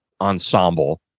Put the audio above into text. ensemble